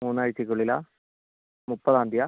മൂന്ന് ആഴ്ചക്കുള്ളിൽ ആണോ മുപ്പതാം തീയതി ആണോ